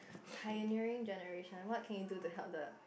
pioneering generation what can you do to help the